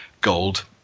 gold